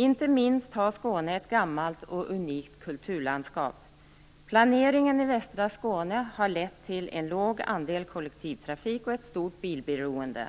Inte minst har Skåne ett gammalt och unikt kulturlandskap. Planeringen i västra Skåne har lett till en låg andel kollektivtrafik och ett stort bilberoende.